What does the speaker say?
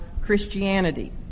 Christianity